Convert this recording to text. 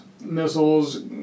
missiles